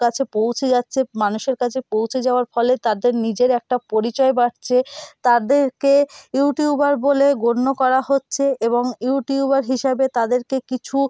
কাছে পৌঁছে যাচ্ছে মানুষের কাছে পৌঁছে যাওয়ার ফলে তাদের নিজের একটা পরিচয় বাড়ছে তাদেরকে ইউটিউবার বলে গণ্য করা হচ্ছে এবং ইউটিউবার হিসাবে তাদেরকে কিছু